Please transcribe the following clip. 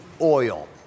oil